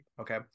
okay